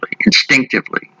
instinctively